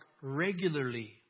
regularly